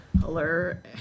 color